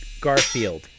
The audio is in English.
Garfield